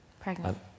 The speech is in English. pregnant